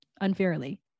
unfairly